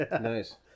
Nice